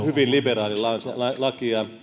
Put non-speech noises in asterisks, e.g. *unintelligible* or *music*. *unintelligible* hyvin liberaali laki ja